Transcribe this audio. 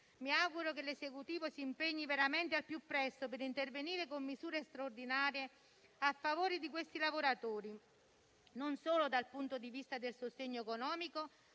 Mi auguro che l'Esecutivo si impegni veramente al più presto per intervenire con misure straordinarie a favore di quei lavoratori, dal punto di vista non solo del sostegno economico,